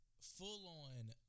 full-on